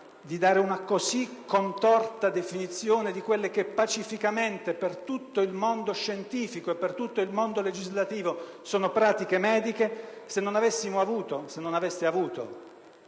di dare una così contorta definizione di quelle che pacificamente per tutto il mondo scientifico e legislativo sono pratiche mediche se non avessimo e se non aveste avuto